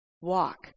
walk